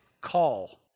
call